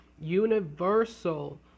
universal